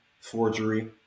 forgery